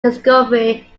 discovery